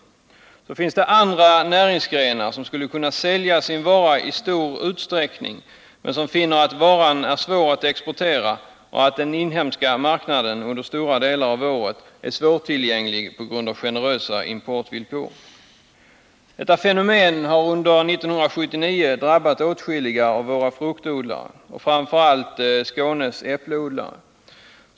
Inom andra näringsgrenar skulle man kunna sälja sina varor i stor utsträckning men finner att varorna är svåra att exportera och att den inhemska marknaden under stora delar av året är svårtillgänglig på grund av generösa importvillkor. Detta fenomen har under 1979 drabbat åtskilliga av våra fruktodlare, framför allt Skånes äppleodlare.